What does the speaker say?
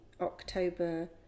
october